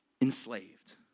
enslaved